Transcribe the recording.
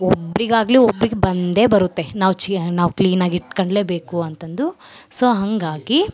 ಒಬ್ಬರಿಗಾಗ್ಲಿ ಒಬ್ರಿಗೆ ಬಂದೆ ಬರುತ್ತೆ ನಾವು ಚಿ ನಾವು ಕ್ಲೀನಾಗಿ ಇಟ್ಕೊಂಡ್ಲೆ ಬೇಕು ಅಂತಂದು ಸೋ ಹಂಗಾಗಿ